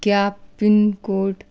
क्या pin code